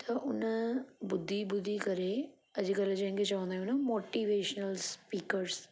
त हुन ॿुधी ॿुधी करे अॼुकल्ह जंहिंखे चवंदा आहियूं न मोटीवेशनल स्पीकर्स